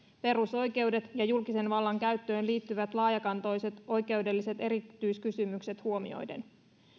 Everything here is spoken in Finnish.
perusoikeudet ja julkisen vallan käyttöön liittyvät laajakantoiset oikeudelliset erityiskysymykset huomioiden